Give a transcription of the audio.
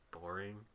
boring